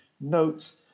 notes